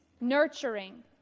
nurturing